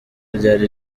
ryari